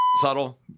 Subtle